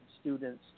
students